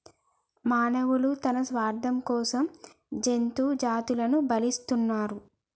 మానవులు తన స్వార్థం కోసం జంతు జాతులని బలితీస్తున్నరు